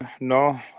no